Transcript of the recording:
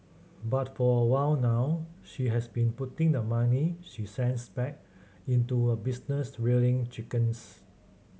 but for a while now she has been putting the money she sends back into a business rearing chickens